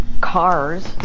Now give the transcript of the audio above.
cars